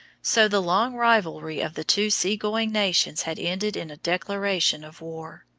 so the long rivalry of the two sea-going nations had ended in a declaration of war.